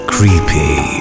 Creepy